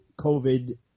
COVID